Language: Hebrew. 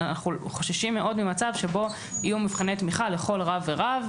אנחנו חוששים מאוד ממצב שבו יהיו מבחני תמיכה לכל רב ורב,